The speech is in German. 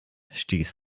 stieß